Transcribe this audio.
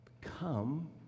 come